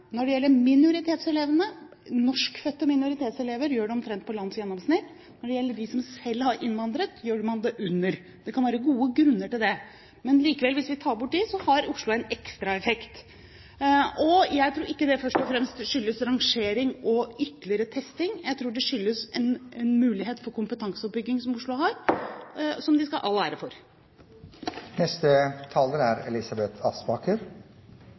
Når det gjelder minoritetselevene, gjør norskfødte minoritetselever det omtrent som landsgjennomsnittet. Når det gjelder dem som selv har innvandret, gjør de det under landsgjennomsnittet, og det kan være gode grunner til det. Men likevel, hvis vi ser bort fra det, så har Oslo en ekstraeffekt. Jeg tror ikke det først og fremst skyldes rangering og ytterligere testing, jeg tror det skyldes en mulighet for kompetanseoppbygging som Oslo har, og som de skal ha all ære for. Elisabeth Aspaker